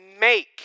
make